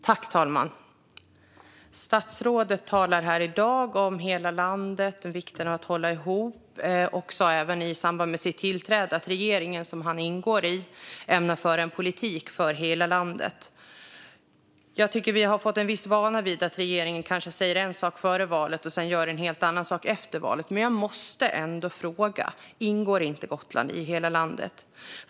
Fru talman! Statsrådet talar här i dag om hela landet och vikten av att hålla ihop. Han sa även i samband med sitt tillträde att den regering som han ingår i ämnar föra en politik för hela landet. Jag tycker att vi har fått en viss vana vid att regeringen kanske säger en sak före valet och sedan gör en helt annan sak efter valet. Men jag måste ändå fråga: Ingår inte Gotland i hela landet?